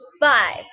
Five